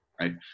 Right